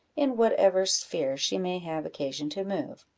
in whatever sphere she may have occasion to move.